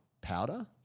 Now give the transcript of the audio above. powder